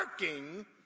working